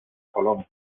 colón